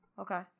Okay